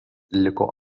liko